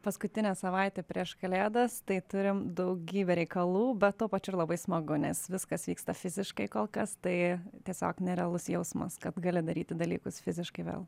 paskutinė savaitė prieš kalėdas tai turim daugybę reikalų bet tuo pačiu ir labai smagu nes viskas vyksta fiziškai kol kas tai tiesiog nerealus jausmas kad gali daryti dalykus fiziškai vėl